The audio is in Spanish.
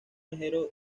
ligero